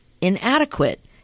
inadequate